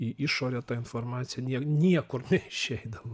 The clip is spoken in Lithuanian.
į išorę ta informacija nie niekur neišeidavo